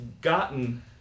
gotten